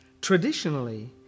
Traditionally